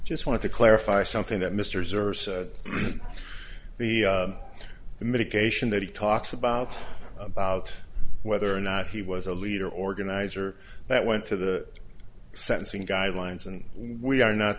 just wanted to clarify something that mr serves the medication that he talks about about whether or not he was a leader organizer that went to the sentencing guidelines and we are not